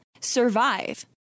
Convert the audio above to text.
survive